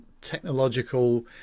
technological